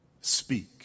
speak